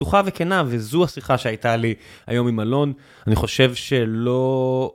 פתוחה וכנה, וזו השיחה שהייתה לי היום עם אלון, אני חושב שלא...